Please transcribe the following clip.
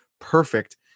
perfect